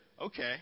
Okay